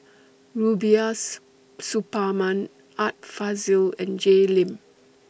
Rubiah Suparman Art Fazil and Jay Lim